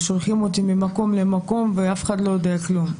ושולחים אותי ממקום למקום ואף אחד לא יודע כלום.